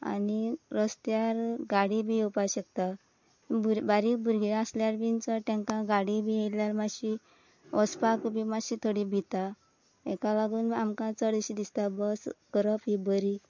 आनी रस्त्यार गाडी बी येवपा शकता बारीक भुरगीं आसल्यार बीन चड तेंका गाडी बी येयल्यार मात्शी वचपाक बी मात्शी थोडीं भिता तेका लागून आमकां चड अशें दिसता बस करप ही बरी